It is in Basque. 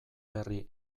berri